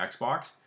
Xbox